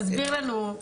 תסביר לנו.